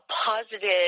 positive